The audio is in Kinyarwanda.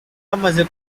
amaze